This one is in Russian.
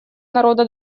народа